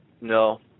no